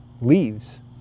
leaves